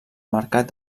mercat